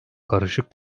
karışık